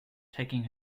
taking